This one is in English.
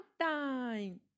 time